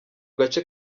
gace